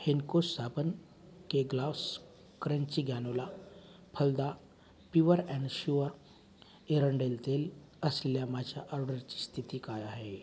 हेन्को साबण Kellogg's crunchy granola Phalada pure अँशुआ एरंडेल तेल असल्या माझ्या ऑर्डरची स्थिती काय आहे